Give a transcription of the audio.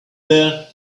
there